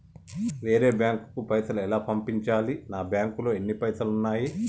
వేరే బ్యాంకుకు పైసలు ఎలా పంపించాలి? నా బ్యాంకులో ఎన్ని పైసలు ఉన్నాయి?